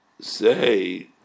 say